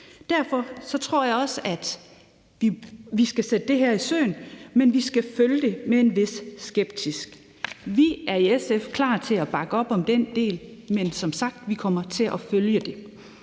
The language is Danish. Derfor tror jeg også, at vi skal sætte det her i søen, men vi skal følge det med en vis skepsis. Vi er i SF klar til at bakke op om den del, men vi kommer som sagt til at følge det